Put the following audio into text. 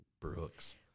Brooks